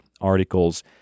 articles